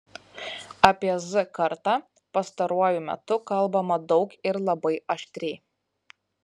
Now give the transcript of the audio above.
apie z kartą pastaruoju metu kalbama daug ir labai aštriai